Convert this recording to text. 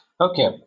Okay